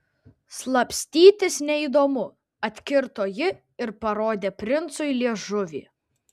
slapstytis neįdomu atkirto ji ir parodė princui liežuvį